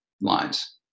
lines